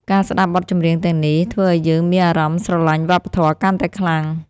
ការស្ដាប់បទចម្រៀងទាំងនេះ ធ្វើឱ្យយើងមានអារម្មណ៍ស្រឡាញ់វប្បធម៌កាន់តែខ្លាំង។